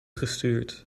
gestuurd